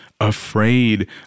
afraid